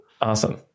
Awesome